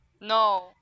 no